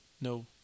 No